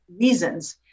reasons